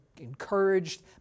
encouraged